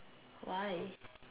why